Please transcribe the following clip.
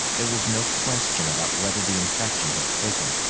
there was no question about whether the infection had taken.